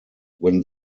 when